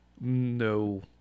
No